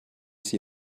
sie